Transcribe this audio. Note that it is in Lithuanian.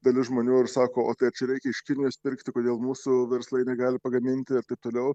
dalis žmonių ir sako o tai čia reikia iš kinijos pirkti kodėl mūsų verslai negali pagaminti ir taip toliau